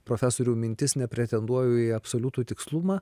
profesorių mintis nepretenduoju į absoliutų tikslumą